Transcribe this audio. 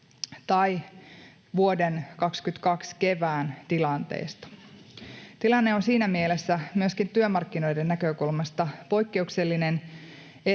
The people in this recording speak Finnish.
tai vuoden 2022 kevään tilanteesta. Tilanne on siinä mielessä myöskin työmarkkinoiden näkökulmasta poikkeuksellinen,